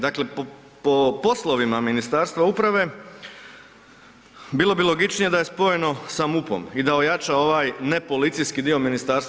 Dakle, po, po poslovima Ministarstva uprave bilo bi logičnije da je spojeno sa MUP-om i da ojača ovaj ne policijski dio MUP-a.